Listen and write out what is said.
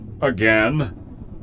again